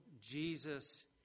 Jesus